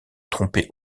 tromper